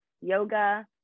yoga